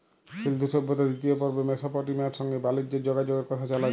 সিল্ধু সভ্যতার দিতিয় পর্বে মেসপটেমিয়ার সংগে বালিজ্যের যগাযগের কথা জালা যায়